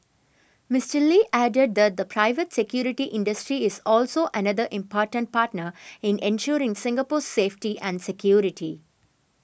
Mister Lee added that the private security industry is also another important partner in ensuring Singapore's safety and security